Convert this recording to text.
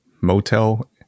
Motel